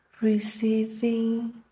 receiving